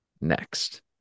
next